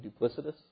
duplicitous